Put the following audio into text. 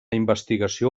investigació